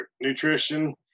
nutrition